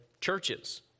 churches